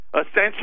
essentially